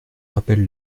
rappelle